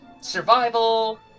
survival